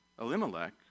Elimelech